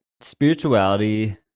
spirituality